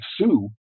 sue